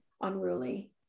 unruly